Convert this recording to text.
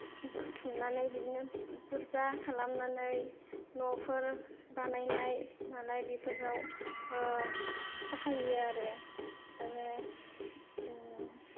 बुथुमनानै बिदिनो बुरजा खालामनानै न'फोर बानायनाय मानाय बेफोराव बाहायो आरो आरो